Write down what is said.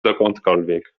dokądkolwiek